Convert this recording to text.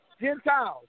Gentiles